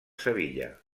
sevilla